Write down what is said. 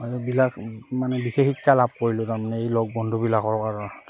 এইবিলাক মানে বিশেষ শিক্ষা লাভ কৰিলোঁ তাৰমানে এই লগৰ বন্ধুবিলাকৰ কাৰণত